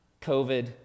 COVID